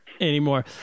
anymore